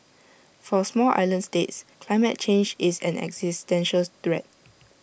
for small island states climate change is an existential threat